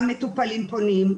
גם מטופלים פונים,